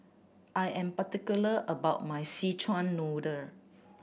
I am particular about my Szechuan Noodle